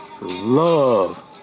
love